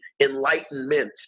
enlightenment